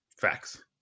Facts